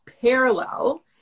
parallel